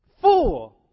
Full